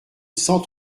cent